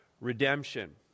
redemption